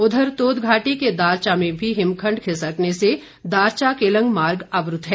उधर तोदघाटी के दारचा में भी हिमखण्ड खिसकने से दारचा केलंग मार्ग अवरूद्ध है